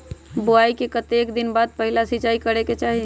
बोआई के कतेक दिन बाद पहिला सिंचाई करे के चाही?